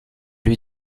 lui